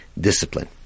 discipline